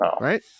Right